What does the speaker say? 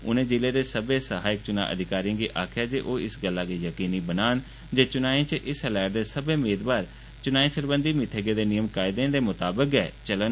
उनें जिले दे सब्बै सहायक चुनांऽ अधिकारियें गी आक्खेआ जे ओह् इस गल्लै गी यकीनी बनान जे चुनांऽ च हिस्सा लै'रदे सब्बै मेदवार चुनाएं सरबंघी मित्थे गेदे नियम कायदें दे मताबक गै चलन